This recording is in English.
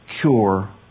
cure